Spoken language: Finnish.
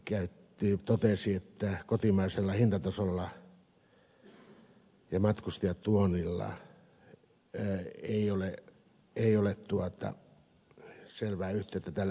kiviranta totesi että kotimaisella hintatasolla ja matkustajatuonnilla ei ole selvää yhteyttä tällä hetkellä